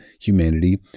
humanity